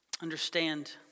Understand